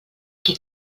qui